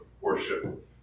worship